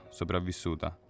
sopravvissuta